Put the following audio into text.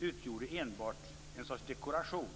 utgjorde enbart en sorts dekoration.